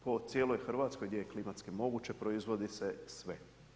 Po cijeloj Hrvatskoj gdje je klimatski moguće proizvodi se sve.